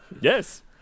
Yes